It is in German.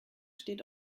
steht